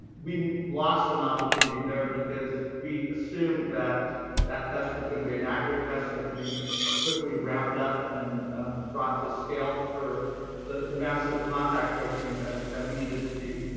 we lost an opportunity there because we assumed that that test was going to be an accurate test that could be quickly ramped up and brought to scale for the the massive contact tracing but that we needed to do.